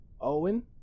Owen